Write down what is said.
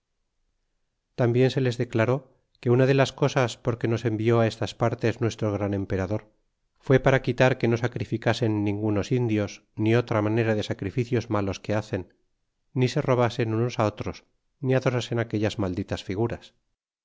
tambien se les declaró que una de las cosas por que nos envió estas partes nuestro gran emperador fue para quitar que no sacrificasen ningunos indios ni otra manera de sacrificios malos que hacen ni se robasen unos otros ni adorasen aquellas malditas figuras